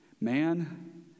man